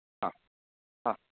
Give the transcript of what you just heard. ह ह